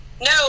No